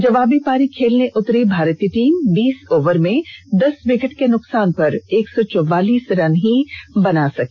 जबाबी पारी खेलने उतरी भारतीय टीम बीस ओवर में दस विकेट के नुकसान पर एक सौ चौवालीस रन ही बना सकी